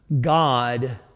God